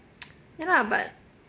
ya lah but